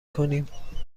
کنیم